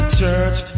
church